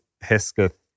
Hesketh